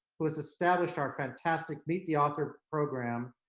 who has established our fantastic meet the author program,